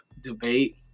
debate